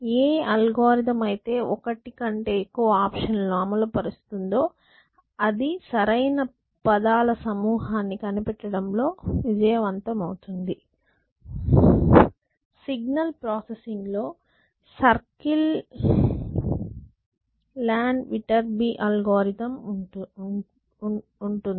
ఏ algorithm అయితే ఒకటి కంటే ఎక్కువ ఆప్షన్ లను అమలు పరుస్తుందో అది అది సరైన పదాల సమూహాన్ని కనిపెట్టడం లో విజయవంతమవుతుంది సిగ్నల్ ప్రాసెసింగ్ లో సర్కిల్ ల్యాండ్ విటర్బి అల్గోరిథం అంటారు